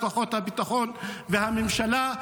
של כוחות הביטחון ושל הממשלה,